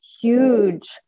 huge